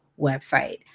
website